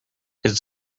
his